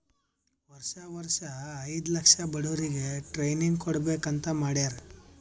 ವರ್ಷಾ ವರ್ಷಾ ಐಯ್ದ ಲಕ್ಷ ಬಡುರಿಗ್ ಟ್ರೈನಿಂಗ್ ಕೊಡ್ಬೇಕ್ ಅಂತ್ ಮಾಡ್ಯಾರ್